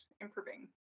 improving